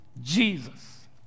Jesus